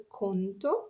conto